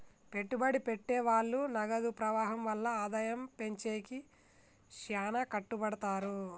పెట్టుబడి పెట్టె వాళ్ళు నగదు ప్రవాహం వల్ల ఆదాయం పెంచేకి శ్యానా కట్టపడతారు